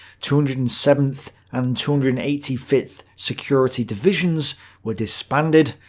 two hundred and seventh and two hundred and eighty fifth security divisions were disbanded,